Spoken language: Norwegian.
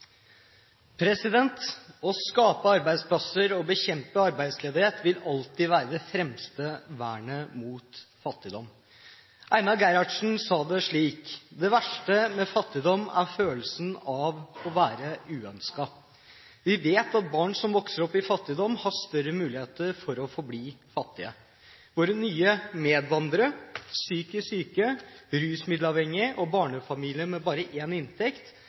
barnevernspedagoger. Å skape arbeidsplasser og bekjempe arbeidsledighet vil alltid være det fremste vernet mot fattigdom. Einar Gerhardsen sa det slik: Det verste med fattigdom er følelsen av å være uønsket. Vi vet at barn som vokser opp i fattigdom, har større muligheter for å forbli fattige. Våre nye medborgere, psykisk syke, rusmiddelavhengige og barnefamilier med bare én inntekt